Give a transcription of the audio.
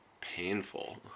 painful